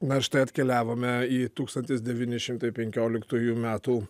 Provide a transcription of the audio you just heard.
na štai atkeliavome į tūkstantis devyni šimtai penkioliktųjų metų